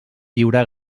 lliure